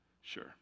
Sure